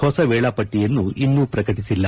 ಹೊಸ ವೇಳಾಪಟ್ಟಿಯನ್ನು ಇನ್ನು ಪ್ರಕಟಿಬಲ್ಲ